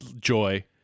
joy